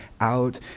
out